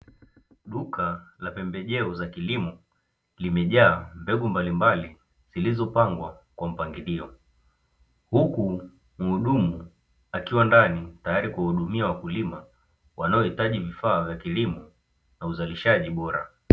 Duka la pembejeo za kilimo limejaa mbegu mbalimbali zilizopangwa kwa mpangilio, huku muhudumu akiwa ndani tayari kuwa hudumia wakulima wanaohitaji vifaa vya kilimo na uzalishaji bora.